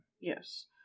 Yes